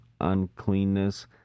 uncleanness